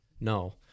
No